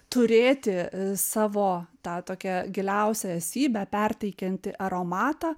turėti savo tą tokią giliausią esybę perteikiantį aromatą